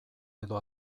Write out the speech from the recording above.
edo